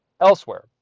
elsewhere